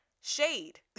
Shade